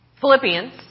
Philippians